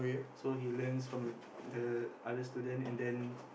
so he learns from the other student and then